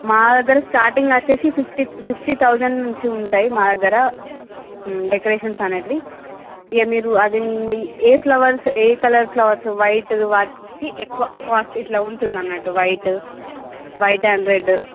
మా దగ్గర స్టార్టింగ్ వచ్చి ఫిఫ్టీ ఫిఫ్టీ థౌజండ్ నుంచి ఉంటాయి మా దగ్గర డెకరేషన్స్ అనేవి ఏ మీరు అది మీ ఏ ఫ్లవర్స్ ఏ కలర్ ఫ్లవర్స్ వైటు వాటికి ఎక్కువ కాస్ట్ ఇలా ఉంటుంది అన్నట్టు వైటు వైట్ అండ్ రెడ్